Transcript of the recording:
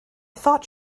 thought